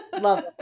Love